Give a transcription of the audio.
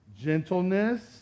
gentleness